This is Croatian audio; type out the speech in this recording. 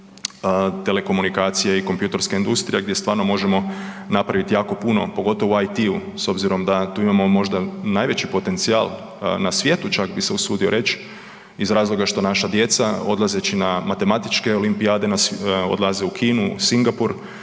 telekomunikacije i kompjutorska industrija gdje stvarno možemo napraviti jako puno u IT-u s obzirom da tu imao možda najveći potencijal na svijetu čak bi se usudio reć iz razloga što naša djeca odlazeći na matematičke olimpijade, odlaze u Kinu, Singapur